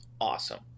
awesome